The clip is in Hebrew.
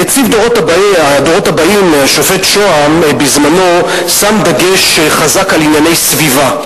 נציב הדורות הבאים השופט שהם בזמנו שם דגש חזק על ענייני סביבה,